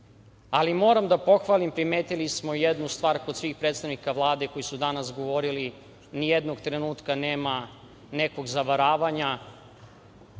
Ali, moram da pohvalim, primetili smo jednu stvar kod svih predstavnika Vlade koji su danas govorili, nijednog trenutka nema nekog zavaravanja